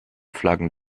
flaggen